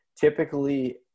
typically